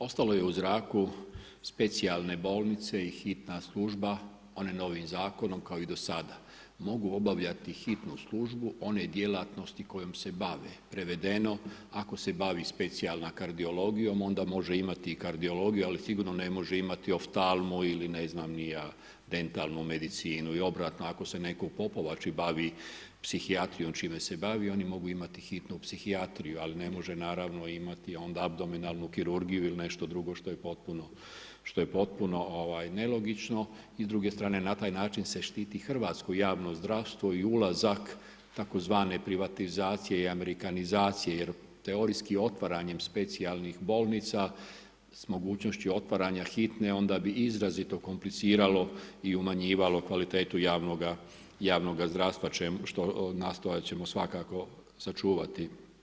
Ostalo je u zraku specijalne bolnice i hitna služba, one novi zakonom kao i do sada mogu obavljati hitnu službu one djelatnosti kojom se bave, prevedeno ako se bavi specijalna kardiologijom onda može imati i kardiologiju ali sigurno ne može imati oftalnu ili ne znam ni ja dentalnu medicinu i obratno, ako se ne netko u Popovači bavi psihijatrijom čime se bavi oni mogu imati hitnu psihijatriju, ali ne može naravno imati onda abdominalnu kirurgiju ili nešto drugo što je potpuno nelogično i s druge strane na taj način se štiti hrvatsko javno zdravstvo i ulazak tzv. privatizacije i amerikanizacije jer teorijski otvaranjem specijalnih bolnica s mogućnošću otvaranja hitne onda bi izrazito kompliciralo i umanjivalo kvalitetu javnoga zdravstva što nastojat ćemo svakako sačuvati.